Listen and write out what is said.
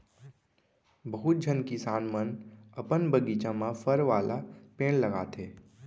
बहुत झन किसान मन अपन बगीचा म फर वाला पेड़ लगाथें